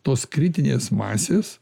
tos kritinės masės